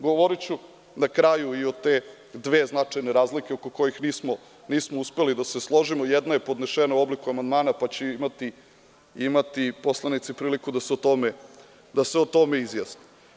Govoriću na kraju i o te dve značajne razlike oko kojih nismo uspeli da se složimo, jedna je podnešena u obliku amandmana pa će imati poslanici priliku da se o tome izjasne.